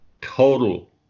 total